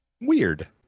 Weird